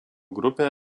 grupę